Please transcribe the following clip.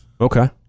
Okay